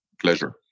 Pleasure